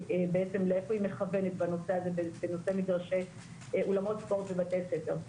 בעצם לאיפה היא מכוונת בנושא אולמות ספורט ובתי ספר.